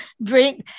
bring